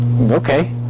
okay